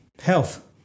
health